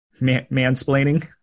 mansplaining